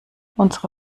unsere